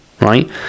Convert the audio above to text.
right